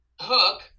hook